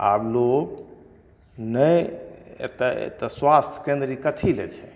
आब लोग नहि एतऽ एतऽ स्वास्थकेन्द्र ई कथी ले छै